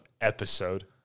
episode